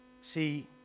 See